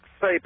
Say